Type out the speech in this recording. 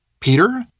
Peter